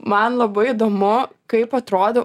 man labai įdomu kaip atrodo